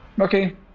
Okay